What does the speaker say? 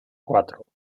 cuatro